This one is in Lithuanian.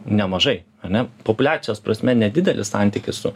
nemažai ane populiacijos prasme nedidelis santykis su